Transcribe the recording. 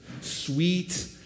Sweet